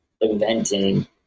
inventing